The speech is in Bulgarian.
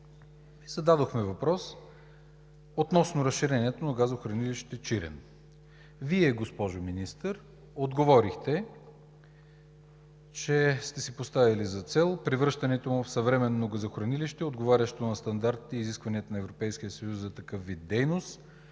Вие, госпожо Министър, отговорихте, че сте си поставили за цел превръщането му в съвременно газохранилище, отговарящо на стандартите и изискванията на Европейския съюз за такъв вид дейност